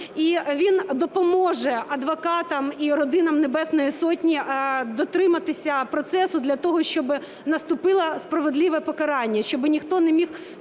він допоможе адвокатам і родинам Небесної Сотні дотриматися процесу для того, щоби наступило справедливе покарання, щоби ніхто не міг